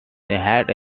had